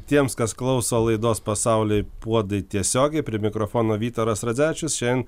tiems kas klauso laidos pasaulio puodai tiesiogiai prie mikrofono vytaras radzevičius šiandien